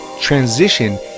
transition